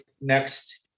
next